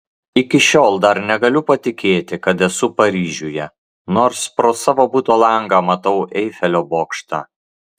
iki šiol dar negaliu patikėti kad esu paryžiuje nors pro savo buto langą matau eifelio bokštą